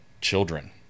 children